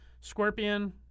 Scorpion